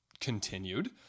continued